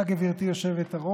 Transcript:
תודה, גברתי היושבת-ראש.